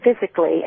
physically